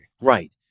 right